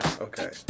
Okay